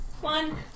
One